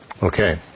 Okay